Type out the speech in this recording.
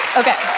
okay